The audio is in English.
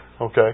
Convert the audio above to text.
okay